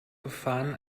befahren